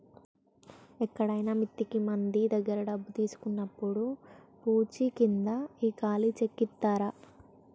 ఎక్కడైనా మిత్తికి మంది దగ్గర డబ్బు తీసుకున్నప్పుడు పూచీకింద ఈ ఖాళీ చెక్ ఇత్తారు